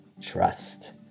Trust